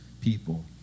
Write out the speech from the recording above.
people